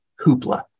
Hoopla